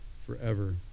forever